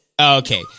Okay